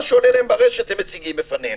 מה שעולה להם ברשת הם מציגים בפנינו.